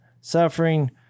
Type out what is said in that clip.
suffering